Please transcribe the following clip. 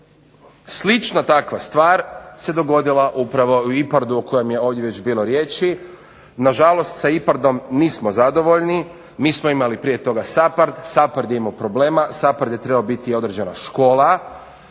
Slična takva stvar se dogodila upravo u IPARD-u o kojem je ovdje već bilo riječi. Nažalost, sa IPARD-om nismo zadovoljni. Mi smo imali prije toga SAPARD, SAPARD je imao problema, SAPARD je trebao biti određena škola.